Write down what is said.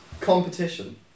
competition